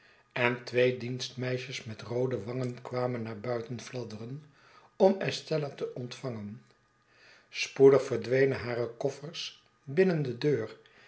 en twee dienstmeisjes met roode wangen kwamen naar buiten fladderen om estella te ontvangen spoedig verdwenen hare koffers binnen de deur